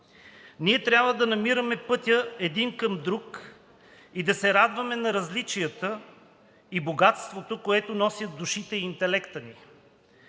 Ние трябва да намираме пътя един към друг и да се радваме на различията и богатството, което носят душите и интелектът ни.